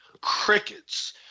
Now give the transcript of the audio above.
crickets